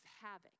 havoc